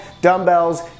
dumbbells